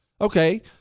Okay